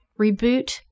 Reboot